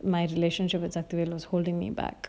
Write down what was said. my relationship with safti was holding me back